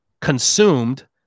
consumed